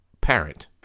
parent